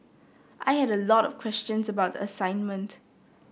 I had a lot of questions about the assignment